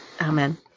Amen